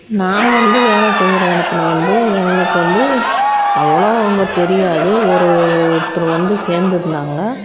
நான் வந்து வேலை செய்கிற இடத்துல வந்து எனக்கு வந்து அவ்வளோ அங்கே தெரியாது ஒருத்தர் வந்து சேர்ந்துருந்தாங்க